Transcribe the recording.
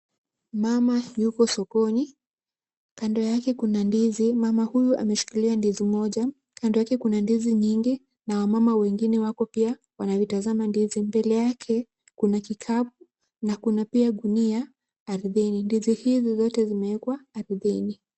Mama yuko sokoni. Kando yake kuna ndizi. Mama huyu ameshikilia ndizi moja. Kando yake kuna ndizi nyingi na wamama wengine wako pia wanavitazama ndizi. Mbele yake kuna kikapu na pia kuna gunia ardhini. Ndizi hizi zote pia zimewekwa ardhini.